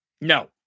No